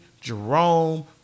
Jerome